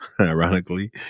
ironically